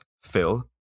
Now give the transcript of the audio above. Phil